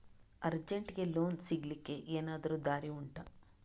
ಅರ್ಜೆಂಟ್ಗೆ ಲೋನ್ ಸಿಗ್ಲಿಕ್ಕೆ ಎನಾದರೂ ದಾರಿ ಉಂಟಾ